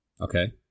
Okay